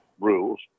rules